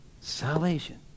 Salvation